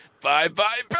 Bye-bye